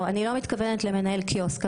אני לא מתכוונת למנהל קיוסק,